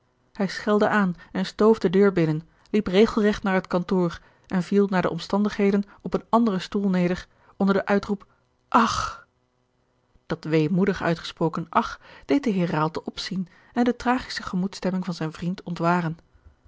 hij schelde aan en stoof de deur binnen liep regelregt naar het kantoor en viel naar de omstandigheden op een anderen stoel neder onder den uitroep ach dat weemoedig uitgesproken ach deed den heer raalte opzien en de tragische gemoedstemming van zijn vriend ontwaren